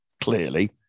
Clearly